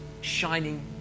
Shining